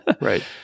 Right